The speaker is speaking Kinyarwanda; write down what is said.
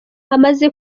amaze